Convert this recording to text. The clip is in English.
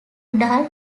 udall